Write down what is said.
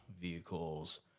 vehicles